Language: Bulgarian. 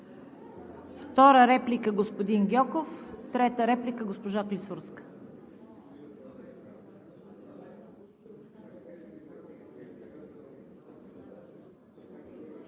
Втора реплика – господин Гьоков, трета реплика – госпожа Клисурска.